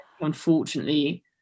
Unfortunately